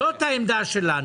זו העמדה שלנו.